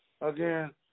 Again